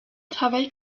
travaille